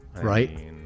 Right